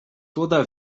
toda